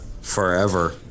Forever